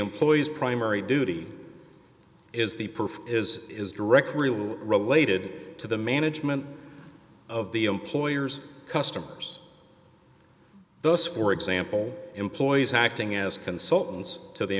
employees primary duty is the proof is is direct really related to the management of the employer's customers those for example employees acting as consultants t